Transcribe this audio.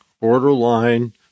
borderline